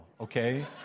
okay